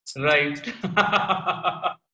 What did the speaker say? right